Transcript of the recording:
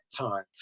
time